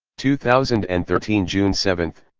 two thousand and thirteen june seven,